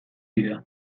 dira